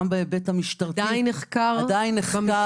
עדיין נחקר במשטרה,